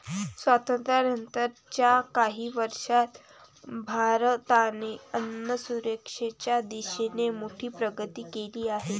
स्वातंत्र्यानंतर च्या काही वर्षांत भारताने अन्नसुरक्षेच्या दिशेने मोठी प्रगती केली आहे